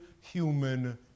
human